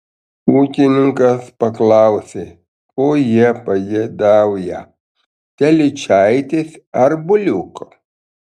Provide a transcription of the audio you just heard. ūkininkas paklausė ko jie pageidaują telyčaitės ar buliuko